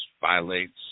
violates